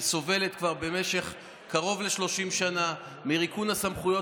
שסובלת כבר במשך קרוב ל-30 שנים מריקון הסמכויות